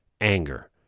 anger